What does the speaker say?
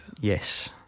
Yes